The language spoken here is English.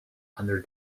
under